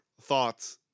thoughts